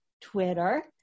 Twitter